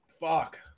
Fuck